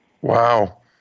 Wow